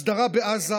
הסדרה בעזה,